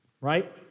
right